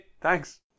Thanks